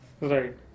Right